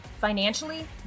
financially